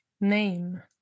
name